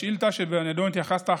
בשאילתה שבנדון התייחסת,